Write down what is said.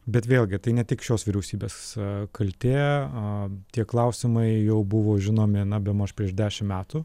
bet vėlgi tai ne tik šios vyriausybės kaltė a tie klausimai jau buvo žinomi na bemaž prieš dešim metų